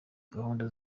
gahunda